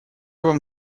вам